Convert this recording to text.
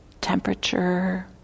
temperature